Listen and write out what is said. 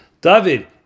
David